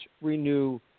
renew